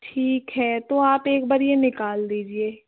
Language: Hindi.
ठीक है तो आप एक बार यह निकाल दीजिए